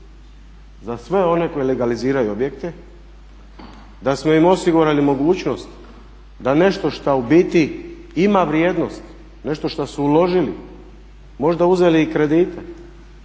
za sve one koji legaliziraju objekte, da smo im osigurali mogućnost da nešto što u biti ima vrijednost, nešto što su uložili, možda uzeli i kredite